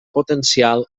potencial